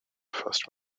first